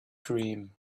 dream